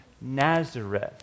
Nazareth